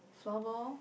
floorball